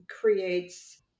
creates